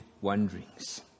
wanderings